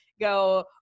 go